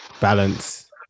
balance